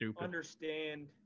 understand